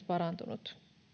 parantunut